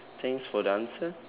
thanks for the answer